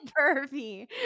pervy